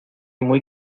muy